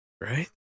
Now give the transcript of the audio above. right